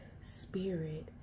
spirit